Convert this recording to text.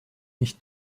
nicht